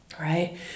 right